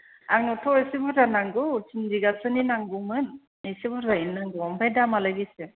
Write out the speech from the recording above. आंनोथ' एसे बुरजा नांगौ थिन बिगासोनि नांगौमोन एसे बुरजायैनो नांगौ ओमफ्राय दामालाय बेसे